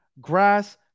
grass